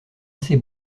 assez